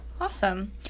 Awesome